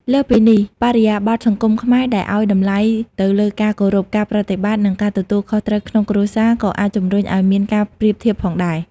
លើសពីនេះ បរិបទសង្គមខ្មែរដែលឲ្យតម្លៃទៅលើការគោរព ការប្រណិប័តន៍ និងការទទួលខុសត្រូវក្នុងគ្រួសារ ក៏អាចជំរុញឲ្យមានការប្រៀបធៀបផងដែរ។